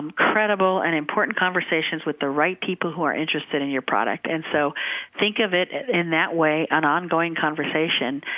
credible, and important conversations with the right people who are interested in your product. and so think of it in that way, an ongoing conversation,